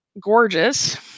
gorgeous